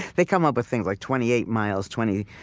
they come up with things like twenty eight miles, twenty,